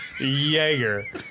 Jaeger